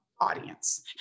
audience